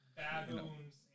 baboons